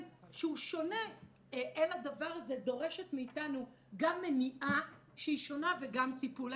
שהוא שונה אל הדבר הזה דורשת מאיתנו גם מניעה שהיא שונה וגם טיפול.